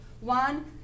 One